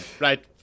right